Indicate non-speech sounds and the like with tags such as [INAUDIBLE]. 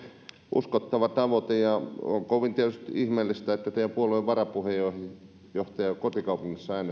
uskottava tavoite on kovin tietysti ihmeellistä että teidän puolueenne varapuheenjohtaja kotikaupungissaan [UNINTELLIGIBLE]